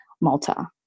Malta